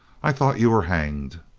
i thought you were hanged.